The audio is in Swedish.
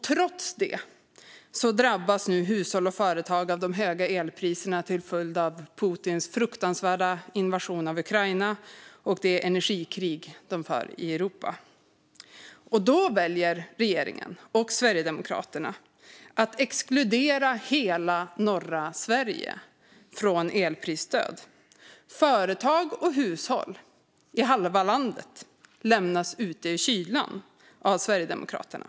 Trots detta drabbas nu hushåll och företag av de höga elpriserna till följd av Putins fruktansvärda invasion av Ukraina och det energikrig som förs i Europa. Då väljer regeringen och Sverigedemokraterna att exkludera hela norra Sverige från elprisstöd. Företag och hushåll i halva landet lämnas ute i kylan av Sverigedemokraterna.